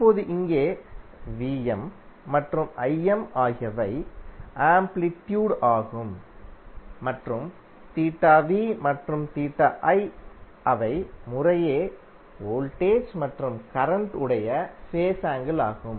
இப்போது இங்கே Vm மற்றும் Im ஆகியவை ஆம்ப்ளிட்யூட் ஆகும்மற்றும் மற்றும் அவை முறையே வோல்டேஜ் மற்றும் கரண்ட் உடைய ஃபேஸ் ஆங்கிள் ஆகும்